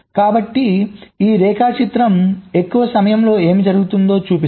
కాబట్టి ఈ రేఖాచిత్రం ఎక్కువ సమయం లో ఏమి జరుగుతుందో చూపిస్తుంది